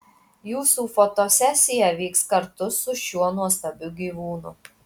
jūsų fotosesija vyks kartu su šiuo nuostabiu gyvūnu